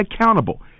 accountable